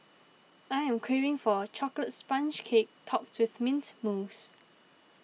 I am craving for a Chocolate Sponge Cake Topped with Mint Mousse